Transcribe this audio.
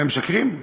הם משקרים?